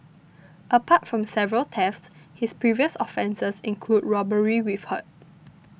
apart from several thefts his previous offences include robbery with hurt